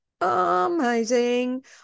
amazing